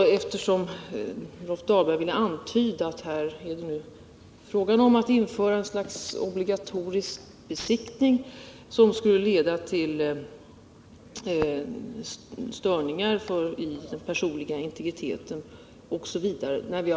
Vi har antytt att vi kommer att föreslå att vi skall göra det möjligt för de kommuner som själva så önskar att göra besiktningar i fastigheter för att bedöma bostadsbeståndets energistatus.